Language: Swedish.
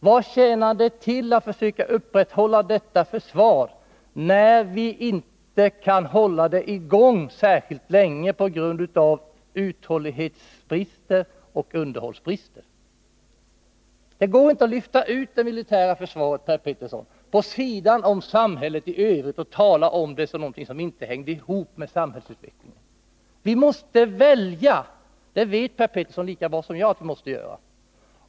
Vad tjänar det till att försöka upprätthålla detta försvar, när vi inte kan hålla det i gång särskilt länge på grund av uthållighetsbrister och underhållsbrister? Det går inte att lyfta ut det militära försvaret, Per Petersson, vid sidan av samhället i övrigt och tala om det som om det inte hängde ihop med samhället och samhällsutvecklingen. Vi måste välja — det vet Per Petersson lika bra som jag.